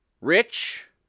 rich